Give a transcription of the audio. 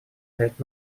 дает